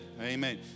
Amen